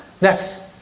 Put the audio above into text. Next